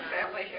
family